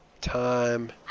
time